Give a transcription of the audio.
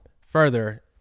further